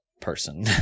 person